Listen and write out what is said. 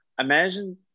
Imagine